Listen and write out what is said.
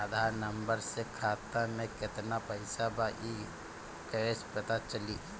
आधार number से खाता में केतना पईसा बा ई क्ईसे पता चलि?